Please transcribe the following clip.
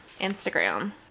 Instagram